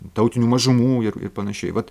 tautinių mažumų ir ir panašiai vat